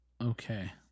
Okay